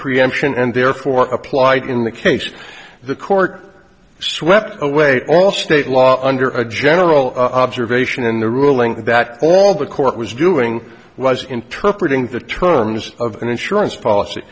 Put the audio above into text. preemption and therefore applied in the case of the court swept away all state law under a general observation in the ruling that all the court was doing was interpreted in the terms of an insurance policy